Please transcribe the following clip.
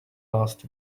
last